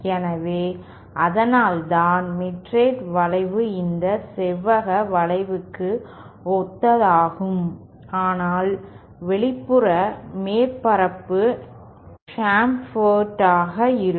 எனவே அதனால்தான் மிட்ரட் வளைவு இந்த செவ்வக வளைவுக்கு ஒத்ததாகும் ஆனால் வெளிப்புற மேற்பரப்பு ஷாம்பெர்ட் ஆக இருக்கும்